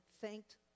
thanked